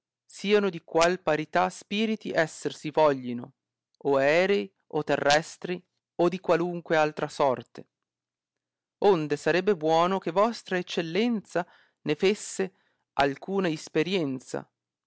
siano di qual qualità spiriti esser si voglino o aerei o terrestri o di qualunque altra sorte onde sarebbe buono che vostra eccellenza ne fesse alcuna isperienza